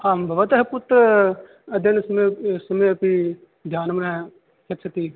आम् भवतः पुत्रः अध्ययनसमये समयेऽपि ध्यानं न यच्छति